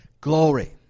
Glory